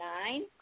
nine